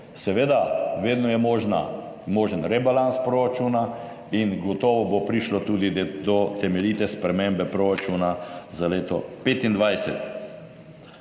Seveda, vedno je možen rebalans proračuna in gotovo bo prišlo tudi do temeljite spremembe proračuna za leto 2025.